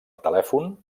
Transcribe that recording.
telèfon